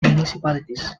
municipalities